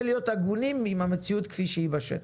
להיות הגונים עם המציאות כפי שהיא בשטח,